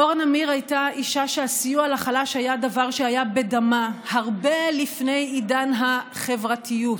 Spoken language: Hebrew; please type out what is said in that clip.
אורה נמיר הייתה אישה שהסיוע לחלש היה בדמה הרבה לפני עידן החברתיות.